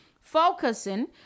focusing